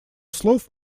слов